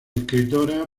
escritora